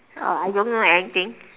uh I don't know anything